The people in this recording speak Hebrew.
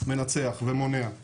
מנצח ומונע.